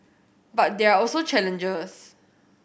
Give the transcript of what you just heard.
but there are also challenges